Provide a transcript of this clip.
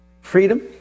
freedom